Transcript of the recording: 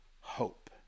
hope